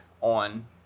on